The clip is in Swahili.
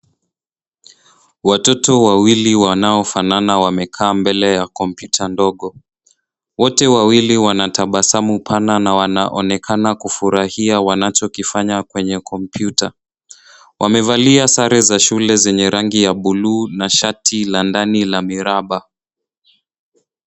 Watoto wawili wanaofanana wamekaa mbele ya kompyuta dogo, wote wawili wana tabasamu pana na wanaoneka kufurahia wanachokifanya wamevalia sare za shule zenye rangi ya buluu na mashati ya miraba.